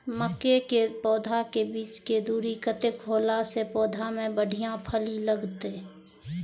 मके के पौधा के बीच के दूरी कतेक होला से पौधा में बढ़िया फली लगते?